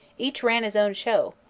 each ran his own show,